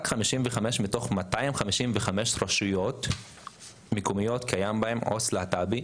רק ב-55 מתוך 255 רשויות מקומיות, יש עו״ס להט״ב.